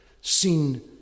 seen